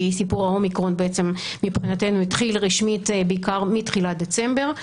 כי סיפור האומיקרון מבחינתנו התחיל רשמית בעיקר מתחילת דצמבר.